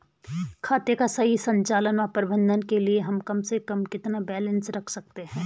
खाते का सही संचालन व प्रबंधन के लिए हम कम से कम कितना बैलेंस रख सकते हैं?